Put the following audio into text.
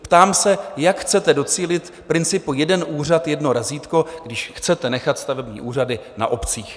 Ptám se, jak chcete docílit principu jeden úřad jedno razítko, když chcete nechat stavební úřady na obcích.